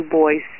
boys